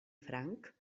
franc